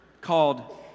called